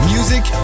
Music